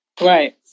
Right